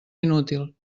inútil